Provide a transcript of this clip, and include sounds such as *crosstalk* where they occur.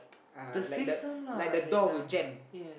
*noise* uh like the like the door will jam